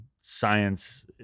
science